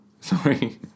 Sorry